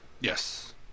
Yes